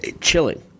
chilling